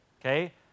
okay